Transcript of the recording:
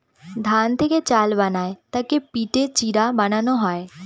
ধান থেকে চাল বানায় তাকে পিটে চিড়া বানানো হয়